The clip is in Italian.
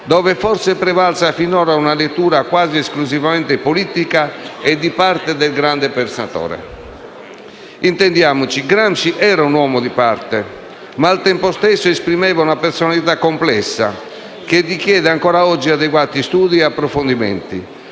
dove forse è prevalsa sinora una lettura quasi esclusivamente politica e di parte del grande pensatore. Intendiamoci, Gramsci era un uomo di parte, ma al tempo stesso esprimeva una personalità complessa, che richiede ancora oggi adeguati studi e approfondimenti: